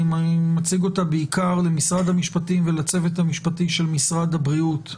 שאני מציג אותה בעיקר למשרד המשפטים ולצוות המשפטי של משרד הבריאות,